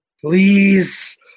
Please